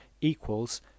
equals